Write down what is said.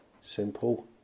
simple